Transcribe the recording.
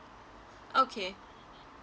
okay